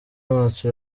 wacu